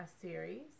series